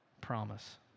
Promise